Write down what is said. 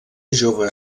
jove